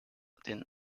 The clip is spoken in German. den